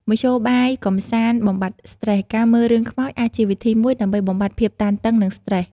មធ្យោបាយកម្សាន្តបំបាត់ស្ត្រេស ការមើលរឿងខ្មោចអាចជាវិធីមួយដើម្បីបំបាត់ភាពតានតឹងនិងស្ត្រេស។